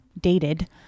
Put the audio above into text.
dated